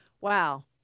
wow